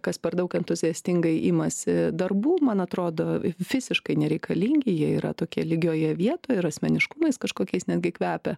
kas per daug entuziastingai imasi darbų man atrodo visiškai nereikalingi jie yra tokie lygioje vietoje ir asmeniškumais kažkokiais netgi kvepia